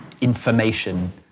information